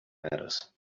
matters